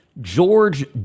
george